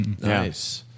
Nice